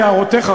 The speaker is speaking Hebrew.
את הערותיך,